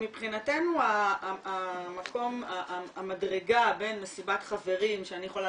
מבחינתנו המדרגה בין מסיבת חברים שאני יכולה